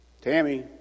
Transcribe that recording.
Tammy